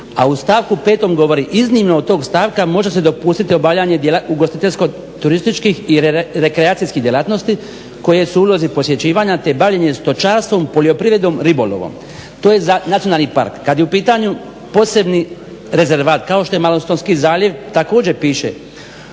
a stavku 5.govori "iznimno od tog stavka može se dopustiti ugostiteljsko-turističkih i rekreacijskih djelatnosti koje su u ulozi posjećivanja te bavljenje stočarstvom, poljoprivredom, ribolovom", to je za nacionalni park. Kada je u pitanju posebni rezervat kao što je Malostonski zaljev također piše